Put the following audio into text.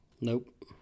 Nope